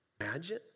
Imagine